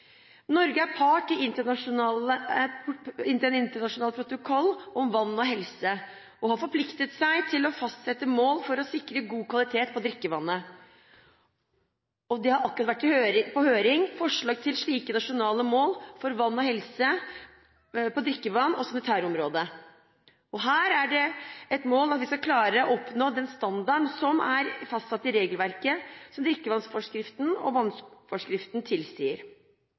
Norge er part i den internasjonale Protokoll om vann og helse og har forpliktet seg til å fastsette mål for å sikre god kvalitet på drikkevannet. Det har akkurat vært på høring forslag til slike nasjonale mål for vann og helse på drikkevanns - og sanitærområdet. Her er det et mål at vi skal klare å oppnå den standarden som er fastsatt i regelverket som drikkevannsforskriften og vannforskriften tilsier.